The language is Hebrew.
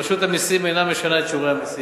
רשות המסים אינה משנה את שיעורי המסים,